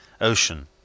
Ocean